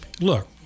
look